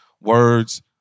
words